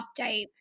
updates